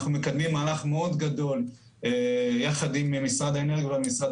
אנחנו מקדמים מהלך מאוד גדול יחד עם משרד האנרגיה ומשרד